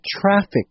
traffic